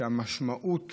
שהמשמעות